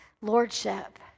lordship